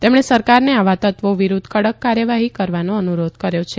તેમણે સરકારને આવા તત્વો વિરુદ્ધ કડક કાર્યવાહી કરવાનો અનુરોધ કર્યો છે